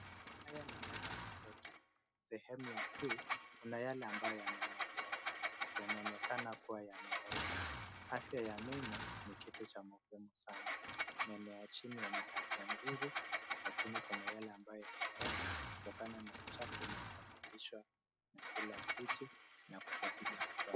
Haya ni meno ya mtoto. Sehemu ya juu kuna yale ambayo yameng'olewa. Yanaonekana kua yameoza. Afya ya meno ni kitu cha muhimu sana. Meno ya chini yana afya nzuri, lakini kuna yale ambayo yameoza, kutokana na uchafu unaosababishwa na kula switi na kutopiga mswaki.